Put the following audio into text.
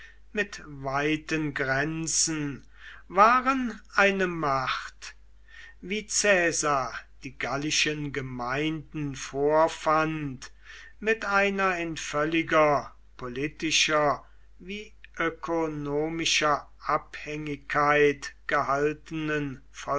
mit weiten grenzen waren eine macht wie caesar die gallischen gemeinden vorfand mit einer in völliger politischer wie ökonomischer abhängigkeit gehaltenen